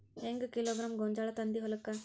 ಹೆಂಗ್ ಕಿಲೋಗ್ರಾಂ ಗೋಂಜಾಳ ತಂದಿ ಹೊಲಕ್ಕ?